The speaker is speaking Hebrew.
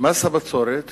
מס הבצורת